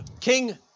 King